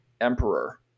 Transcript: emperor